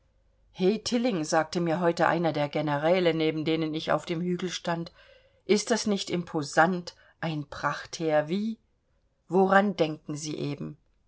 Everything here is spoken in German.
he tilling sagte mir heute einer der generäle neben denen ich auf dem hügel stand ist das nicht imposant ein prachtheer wie woran denken sie eben